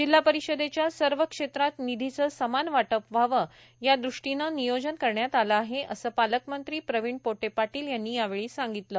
जिल्हा परिषदेच्या सर्व क्षेत्रांत निधीचे समान वाटप व्हावं या ृष्टीनं नियोजन करण्यात आलं आहे असं पालकमंत्री प्रवीण पोटे पाटील यांनी यावेळी सांगितले